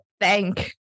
thank